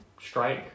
strike